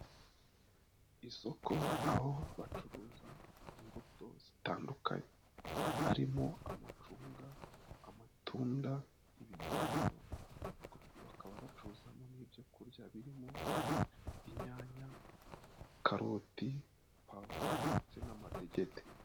Isoko aho bacuruza imbuto zitandukanye. Harimo amacunga, amatunda, ibinyomoro, bakaba bacuzamo n'ibyokurya birimo, inyanya, karoti, pavuro, ndetse n'amadegede.